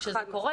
כשזה קורה?